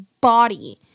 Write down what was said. body